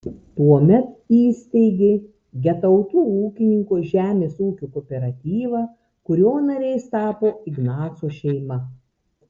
tuomet įsteigė getautų ūkininko žemės ūkio kooperatyvą kurio nariais tapo ignaco šeima